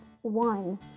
one